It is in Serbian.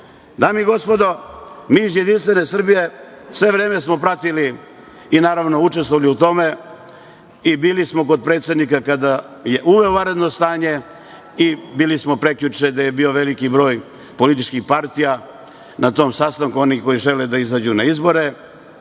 i gospodo, mi iz Jedinstvene Srbije sve vreme smo pratili i, naravno, učestvovali u tome. Bili smo kod predsednika kada je uveo vanredno stanje i bili smo prekjuče, gde je bio veliki broj političkih partija, na tom sastanku, onih koji žele da izađu na izbore.